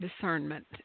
discernment